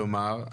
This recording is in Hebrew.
כלומר?